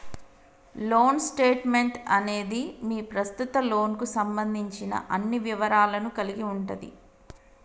loan statement అనేది మీ ప్రస్తుత లోన్కు సంబంధించిన అన్ని వివరాలను కలిగి ఉంటది